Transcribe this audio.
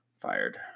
Fired